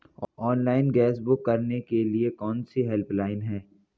Online gas book करने के लिए कौन कौनसी हेल्पलाइन हैं?